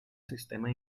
sistema